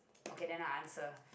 okay then I answer